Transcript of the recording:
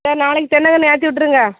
சரி நாளைக்கு தென்னங்கன்று ஏற்றி விட்ருங்க